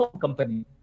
company